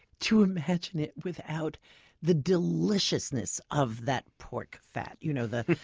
to imagine it without the deliciousness of that pork fat, you know the